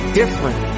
different